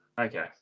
Okay